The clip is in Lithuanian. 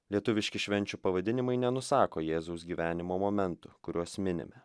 lietuviški švenčių pavadinimai nenusako jėzaus gyvenimo momentų kuriuos minime